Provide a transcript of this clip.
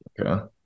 Okay